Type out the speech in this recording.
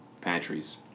pantries